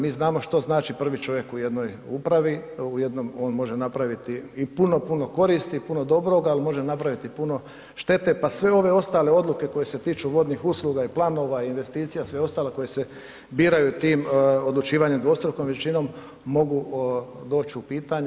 Mi znamo što znači prvi čovjek u jednoj upravi, on može napraviti i puno, puno koristi i puno dobroga, al može napraviti i puno štete, pa sve ove ostale odluke koje se tiču vodnih usluga i planova, investicija i sve ostalo koje se biraju tim odlučivanjem dvostrukom većinom, mogu doć u pitanje.